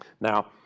Now